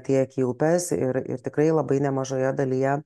tiek į upes ir ir tikrai labai nemažoje dalyje